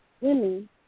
women